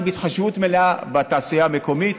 עם התחשבות מלאה בתעשייה המקומית.